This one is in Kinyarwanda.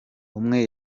umwe